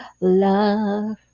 love